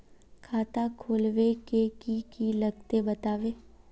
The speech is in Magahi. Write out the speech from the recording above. खाता खोलवे के की की लगते बतावे?